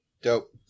Dope